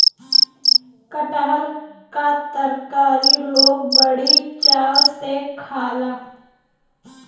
कटहर क तरकारी लोग बड़ी चाव से खाला